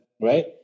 right